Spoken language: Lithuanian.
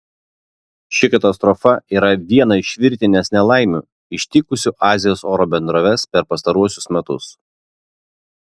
ši katastrofa yra viena iš virtinės nelaimių ištikusių azijos oro bendroves per pastaruosius metus